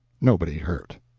nobody hurt.